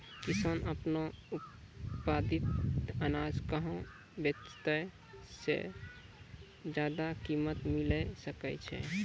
किसान आपनो उत्पादित अनाज कहाँ बेचतै जे ज्यादा कीमत मिलैल सकै छै?